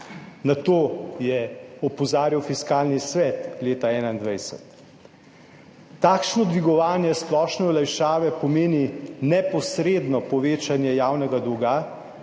Na to je opozarjal Fiskalni svet leta 2021. Takšno dvigovanje splošne olajšave pomeni neposredno povečanje javnega dolga,